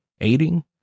aiding